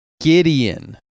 Gideon